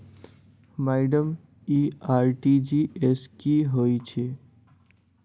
Madam इ RTGS की होइ छैय?